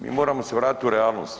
Mi moramo se vratiti u realnost.